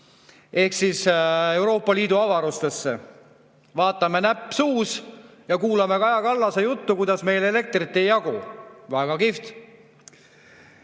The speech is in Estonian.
ehk siis Euroopa Liidu avarustesse. Vaatame, näpp suus, ja kuulame Kaja Kallase juttu, kuidas meile elektrit ei jagu. Väga kihvt!